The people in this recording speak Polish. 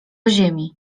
ziemi